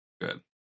Good